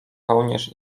kołnierz